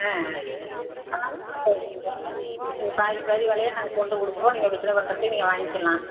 ஆ அதுதான் நீங்கள் பாதிக்கு பாதி விலையா நாங்கள் போட்டு கொடுப்போம் நீங்கள் பிஸினஸ் பண்ணுறதுக்கு நீங்கள் வாங்கிக்கலாம்